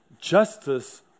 justice